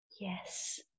Yes